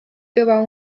kõva